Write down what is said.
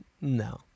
No